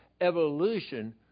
evolution